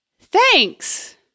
Thanks